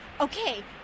okay